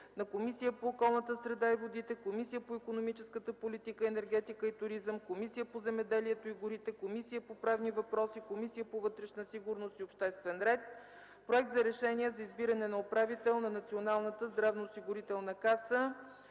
на Комисията по околната среда и водите, Комисията по икономическата политика, енергетика и туризъм, Комисията по земеделието и горите, Комисията по правни въпроси и Комисията по вътрешна сигурност и обществен ред; - Проект за решение за избиране на управител на Националната здравноосигурителна каса.